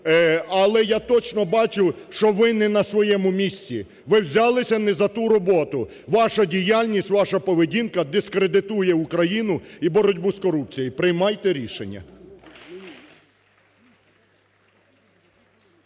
Але я точно бачу, що ви не на своєму місці! Ви взялися не за ту роботу. Ваша діяльність, ваша поведінка дискредитує Україну і боротьбу з корупцією! Приймайте рішення.